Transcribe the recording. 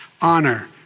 honor